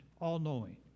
all-knowing